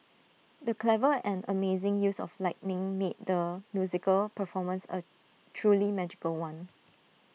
the clever and amazing use of lighting made the musical performance A truly magical one